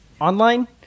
Online